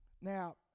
Now